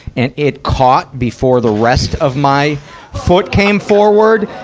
and it caught before the rest of my foot came forward.